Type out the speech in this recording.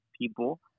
people